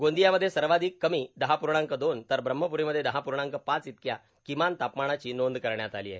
गोंदियामध्ये सर्वाधिक कमी दहा पुर्णांक दोन तर ब्रम्हपरीमध्ये दहा पर्णांक पाच इतक्या किमान तापमानाची नोंद करण्यात आली आहे